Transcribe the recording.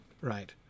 Right